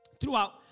Throughout